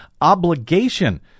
obligation